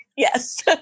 Yes